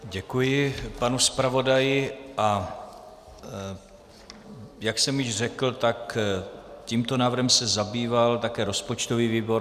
Děkuji panu zpravodaji, a jak jsem již řekl, tak tímto návrhem se zabýval také rozpočtový výbor.